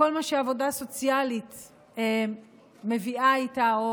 כל מה שעבודה סוציאלית מביאה איתה או